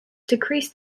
decreased